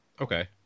Okay